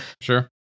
sure